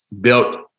built